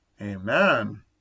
Amen